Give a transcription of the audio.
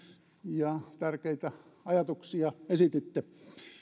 ja tärkeitä ajatuksia esititte